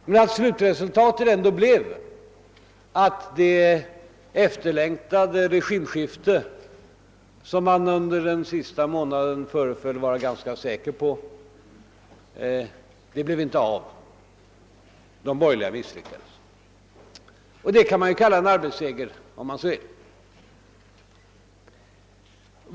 Men slutresultatet blev som sagt ändå att det efterlängtade regimskifte, som man under den sista månaden föreföll att vara ganska säker på, inte kom till stånd. Där misslyckades de borgerliga. Man kan ju kalla det för en arbetsseger, om man så vill.